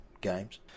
games